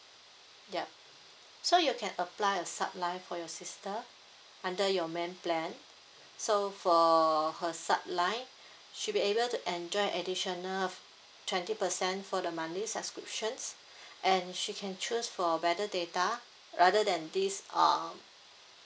yup so you can apply a sub line for your sister under your main plan so for her sub line should be able to enjoy additional of twenty percent for the monthly subscriptions and she can choose for better data rather than this um